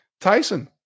Tyson